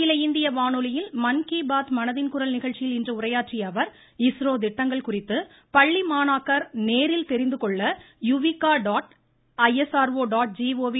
அகில இந்திய வானொலியில் மன் கி பாத் மனதின் குரல் நிகழ்ச்சியில் இன்று உரையாற்றிய அவர் இஸ்ரோ திட்டங்கள் குறித்து பள்ளி மாணாக்கர் நேரில் தெரிந்து கொள்ள லரஎமைய